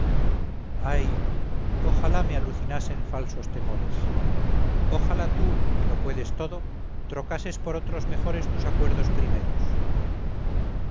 ay ojalá me alucinasen falsos temores ojalá tú que lo puedes todo trocases por otros mejores tus acuerdos primeros